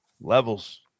Levels